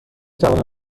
توانم